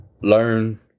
learn